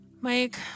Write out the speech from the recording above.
Mike